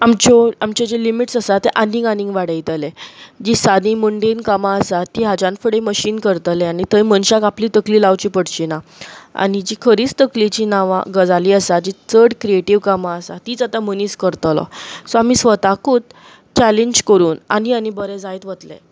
आमच्यो आमच्यो ज्यो लिमिट्स आसा ते आनीक आनीक वाडयतले जी सादी मुंडेन कामां आसा हाज्यान फुडें थंय मशीन काम करतले मनशाक आपली तकली लावची पडचीना आनी जीं खरेंच तकलेची नावां गजाली आसात जी क्रियेटीव्ह कामां आसा तींच आतां मनीस करतलो सो आमी स्वताकुच चॅलेंज करून आनी आनी बरे जायत वतले